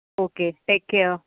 okay take care